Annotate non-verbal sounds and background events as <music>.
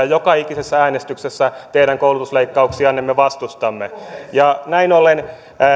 <unintelligible> joka ikisessä äänestyksessä teidän koulutusleikkauksianne me vastustamme ja näin ollen